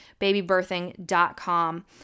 babybirthing.com